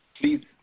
please